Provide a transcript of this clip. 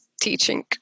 teaching